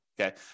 Okay